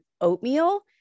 oatmeal